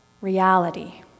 reality